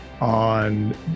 on